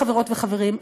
חברות וחברים,